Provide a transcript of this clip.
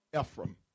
Ephraim